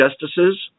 justices